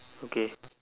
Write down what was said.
okay